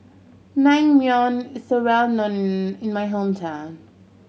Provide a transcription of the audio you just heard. naengmyeon is well known in my hometown